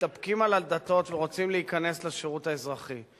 מתדפקים על הדלתות ורוצים להיכנס לשירות האזרחי.